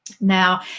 Now